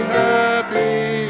happy